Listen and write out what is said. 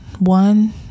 one